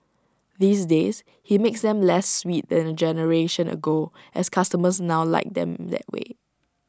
these days he makes them less sweet than A generation ago as customers now like them that way